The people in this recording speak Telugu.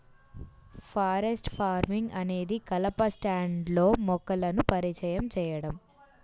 ఫారెస్ట్ ఫార్మింగ్ అనేది కలప స్టాండ్లో మొక్కలను పరిచయం చేయడం